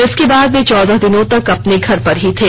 इसके बाद वे चौदह दिनों तक अपने घर पर ही थे